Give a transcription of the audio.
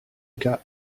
cas